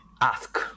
Ask